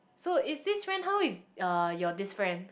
so is this friend how is uh your this friend